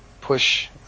Push